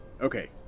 Okay